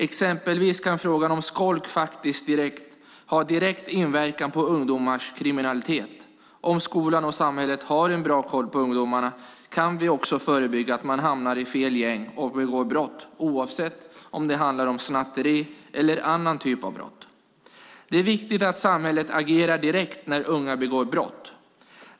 Exempelvis kan frågan om skolk ha direkt inverkan på ungdomars kriminalitet. Om skolan och samhället har en bra koll på ungdomarna kan vi också förebygga att de hamnar i fel gäng och begår brott, oavsett om det handlar om snatteri eller annan typ av brott. Det är viktigt att samhället agerar direkt när unga begår brott.